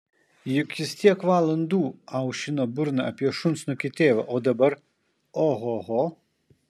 juk jis tiek valandų aušino burną apie šunsnukį tėvą o dabar ohoho